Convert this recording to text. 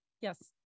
Yes